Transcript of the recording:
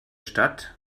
stadt